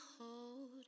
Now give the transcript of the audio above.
hold